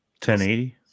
1080